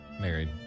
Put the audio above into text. Married